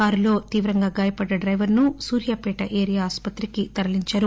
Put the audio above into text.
కారులో తీవ్రంగా గాయపడ్డ డైవర్ ను సూర్యాపేట ఏరియా ఆస్పత్రికి తరలించారు